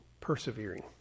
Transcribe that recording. persevering